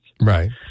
Right